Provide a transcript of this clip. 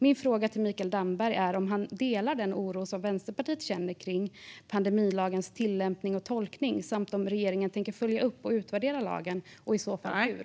Min fråga till Mikael Damberg är om han delar den oro som Vänsterpartiet känner när det gäller tillämpningen och tolkningen av pandemilagen samt om regeringen tänker följa upp och utvärdera lagen och i så fall hur.